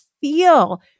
feel